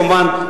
כמובן,